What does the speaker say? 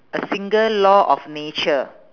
a single law of nature